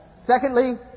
Secondly